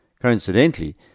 Coincidentally